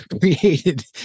created